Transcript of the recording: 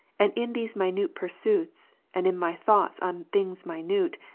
and in these minute pursuits, and in my thoughts on things minute,